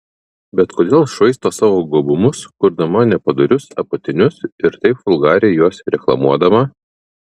bet kodėl švaisto savo gabumus kurdama nepadorius apatinius ir taip vulgariai juos reklamuodama